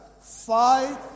fight